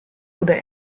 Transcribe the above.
oder